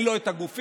אין לו את הגופים,